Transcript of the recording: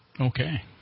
Okay